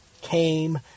came